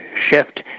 shift